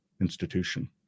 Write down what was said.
institution